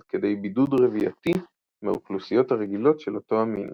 עד כדי בידוד רבייתי מהאוכלוסיות הרגילות של אותו המין.